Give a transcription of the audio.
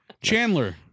Chandler